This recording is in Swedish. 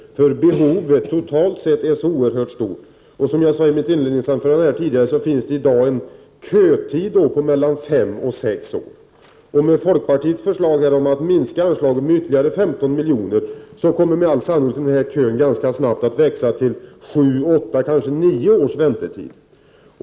Behovet totalt sett är oerhört stort. Som jag sade i mitt inledningsanförande tidigare finns det i dag en kötid mellan fem och sex år. Med folkpartiets förslag om att minska anslaget med ytterligare 15 miljoner kommer med all sannolikhet väntetiden att ganska snart vara uppe i sju, åtta kanske nio år.